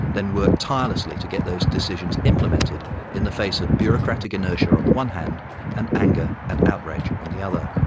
then worked tirelessly to get those decisions implemented in the face of bureaucratic inertia on the one hand and anger and outrage on the other.